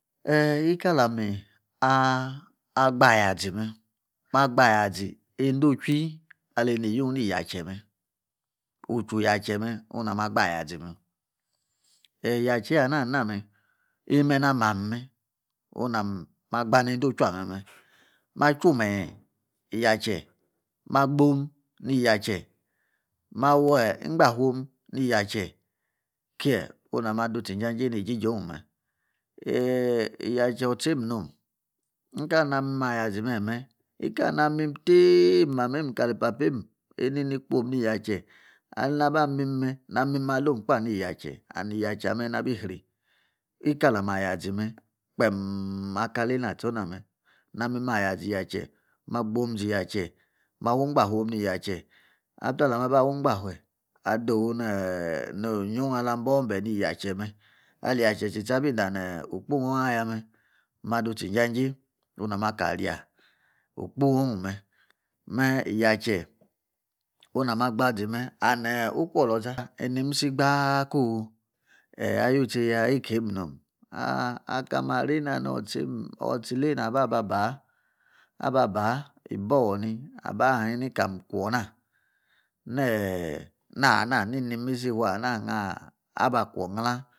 Eh! Nika la mi ah! Agba ayazi me. Ma agba ayazi endo tuii alay niyu uchu yache me onu nama agba ayazi mme enimme na mam mme onamme ma gbaa nedotuii amme me chu-miyin yache, ma gboam ni yache, ma wa igbahomm ni ejijoun. Eeh! Yache otsaimm nom nikali mayazimme nikali na mim tiemamiem kali papiem eni ni kwum ni yache ali. Naba mim mme, na mim alumm ni yache and yache ameh nabi ri, nikali mayazi mme kpeem aka lina atsorna mme na mim ayazi yache, maa gboam ni yache after ma ba awu-ingbafe adi ne ingbafe bumbe ni yache me. Ali yache tsi-tsi abi nano okpule ayia ma dutsi injajei okpu-on mee yache oname agba zime and ukru oloza inimisi gbaa ko alu tse ya ikiem nom ha! Ha kami arenaa notsiemm, otsa ile na ba baa aba baa ooni nim kam kwuna nai na ahana inimisi iyabakwor agla.